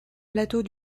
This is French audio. plateau